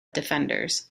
defenders